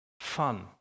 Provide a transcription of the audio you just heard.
Fun